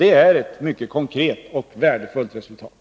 Det är ett mycket konkret och värdefullt resultat.